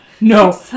no